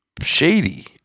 shady